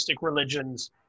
religions